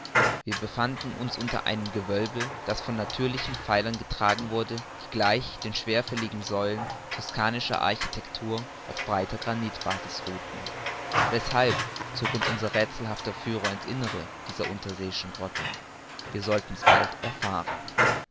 wir befanden uns unter einem gewölbe das von natürlichen pfeilern getragen wurde die gleich den schwerfälligen säulen toscanischer architektur auf breiter granitbasis ruhten weshalb zog uns unser räthselhafter führer in's innere dieser unterseeischen grotte wir sollten's bald erfahren